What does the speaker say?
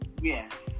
yes